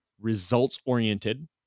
results-oriented